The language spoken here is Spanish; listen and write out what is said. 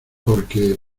porque